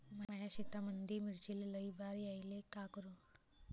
माया शेतामंदी मिर्चीले लई बार यायले का करू?